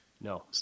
No